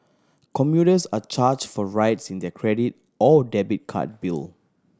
commuters are charged for rides in their credit or debit card bill